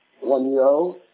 one-year-old